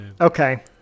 okay